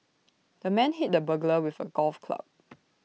the man hit the burglar with A golf club